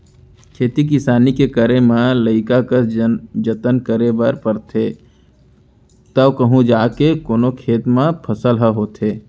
खेती किसानी के करे म लइका कस जनत करे बर परथे तव कहूँ जाके कोनो खेत म फसल ह होथे